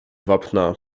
wapna